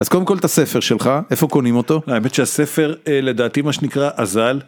אז קודם כל את הספר שלך, איפה קונים אותו? האמת שהספר לדעתי, מה שנקרא, עזל.